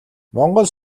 монгол